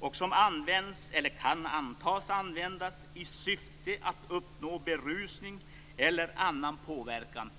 och som används eller kan antas användas i syfte att uppnå berusning eller annan påverkan."